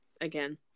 again